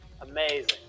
Amazing